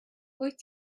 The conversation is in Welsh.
wyt